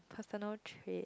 personal trait